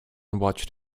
watched